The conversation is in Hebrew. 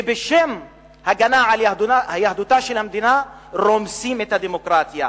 ובשם הגנה על יהדותה של המדינה רומסים את הדמוקרטיה.